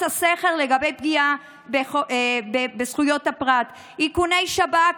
הסכר לגבי פגיעה בזכויות הפרט: איכוני שב"כ,